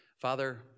Father